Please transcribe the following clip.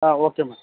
um okay madam